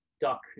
Duck